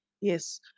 Yes